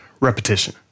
Repetition